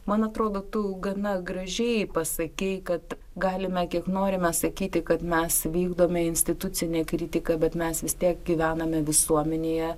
man atrodo tu gana gražiai pasakei kad galime kiek norime sakyti kad mes vykdome institucinę kritiką bet mes vis tiek gyvename visuomenėje